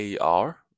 AR